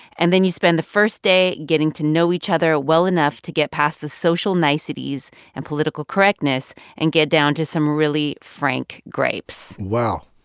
and then you spend the first day getting to know each other well enough to get past the social niceties and political correctness and get down to some really frank gripes wow